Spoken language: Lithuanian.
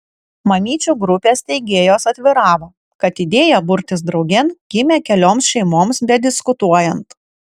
mamyčių grupės steigėjos atviravo kad idėja burtis draugėn gimė kelioms šeimoms bediskutuojant